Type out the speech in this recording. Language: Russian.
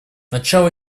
начало